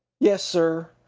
yes, sir.